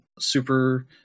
super